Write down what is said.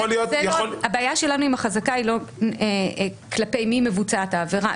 הבעיה שלנו עם החזקה היא לא כלפי מי מבוצעת העבירה.